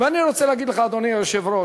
ואני רוצה להגיד לך, אדוני היושב-ראש,